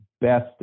best